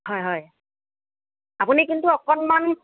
হয় হয় আপুনি কিন্তু অকণমান